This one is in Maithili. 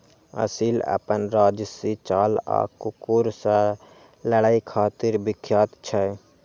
असील अपन राजशी चाल आ कुकुर सं लड़ै खातिर विख्यात छै